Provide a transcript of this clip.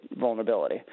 vulnerability